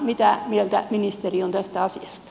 mitä mieltä ministeri on tästä asiasta